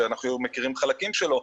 שאנחנו מכירים חלקים שלו.